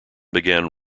began